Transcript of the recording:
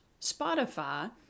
Spotify